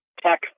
tech